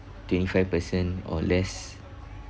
twenty-five percent or less